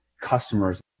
customers